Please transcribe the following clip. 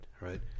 right